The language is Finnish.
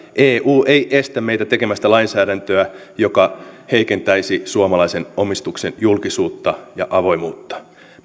eu ei estä meitä tekemästä lainsäädäntöä joka ei heikentäisi suomalaisen omistuksen julkisuutta ja avoimuutta